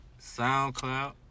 SoundCloud